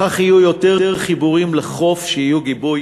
בכך יהיו יותר חיבורים לחוף שיהיו גיבוי,